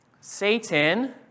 Satan